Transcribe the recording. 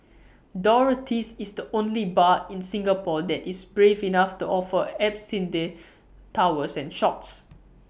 Dorothy's is the only bar in Singapore that is brave enough to offer absinthe towers and shots